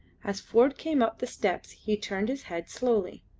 as ford came up the steps he turned his head slowly.